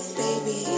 baby